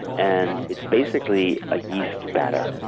and it's basically a yeast batter.